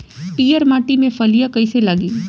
पीयर माटी में फलियां कइसे लागी?